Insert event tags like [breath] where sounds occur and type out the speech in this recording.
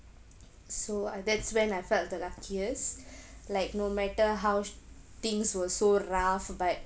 so uh that's when I felt the luckiest [breath] like no matter how things were so rough but